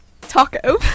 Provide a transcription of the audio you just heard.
Taco